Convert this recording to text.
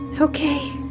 Okay